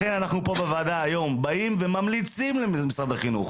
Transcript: לכן אנחנו פה בוועדה היום באים וממליצים למשרד החינוך